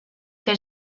que